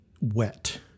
Wet